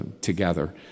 together